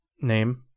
name